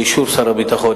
באישור שר הביטחון,